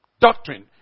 Doctrine